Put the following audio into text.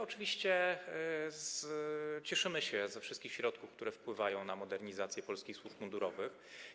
Oczywiście cieszymy się ze wszystkich środków, które wpływają na modernizację polskich służb mundurowych.